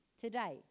today